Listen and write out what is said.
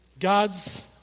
God's